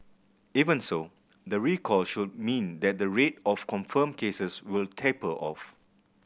even so the recall should mean that the rate of confirmed cases will taper off